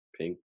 pink